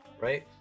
right